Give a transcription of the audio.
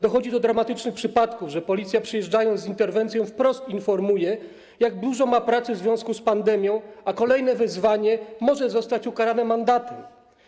Dochodzi do dramatycznych przypadków, że policja, przyjeżdżając z interwencją, wprost informuje, jak dużo ma pracy w związku z pandemią, a kolejne wezwanie może zostać ukarane mandatem.